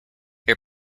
your